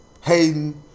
Hayden